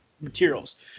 materials